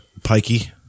Pikey